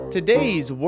Today's